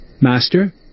Master